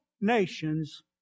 nations